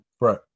Right